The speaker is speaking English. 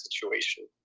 situation